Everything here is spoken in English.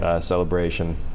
celebration